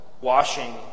washing